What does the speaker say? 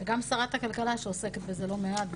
וגם שרת הכלכלה שעוסקת בזה לא מעט,